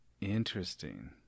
Interesting